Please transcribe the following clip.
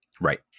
Right